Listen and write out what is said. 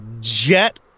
jet